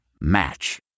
Match